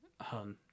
Hun